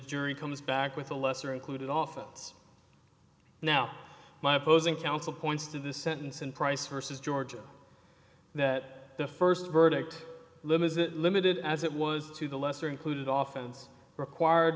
jury comes back with a lesser included often it's now my opposing counsel points to the sentence in price versus georgia that the first verdict limb is it limited as it was to the lesser included oftens required